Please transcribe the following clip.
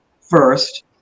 first